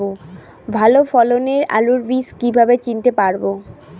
ভালো ফলনের আলু বীজ কীভাবে চিনতে পারবো?